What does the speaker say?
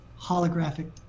holographic